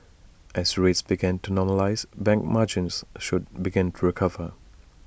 as rates begin to normalise bank margins should begin to recover